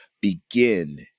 Begin